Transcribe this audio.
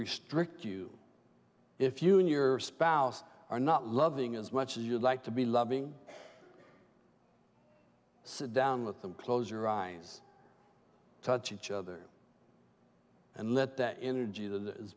restrict you if you and your spouse are not loving as much as you'd like to be loving sit down with them close your eyes touch each other and let that energy t